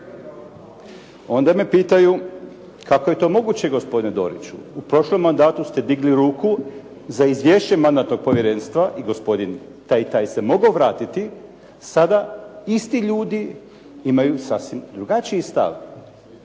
Onda me pitaju kako je to moguće gospodine Doriću? U prošlom mandatu ste digli ruku za izvješće Mandatnog povjerenstva i gospodin taj i taj se mogao vratiti, sada isti ljudi imaju sasvim drugačiji stav.